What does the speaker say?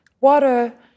water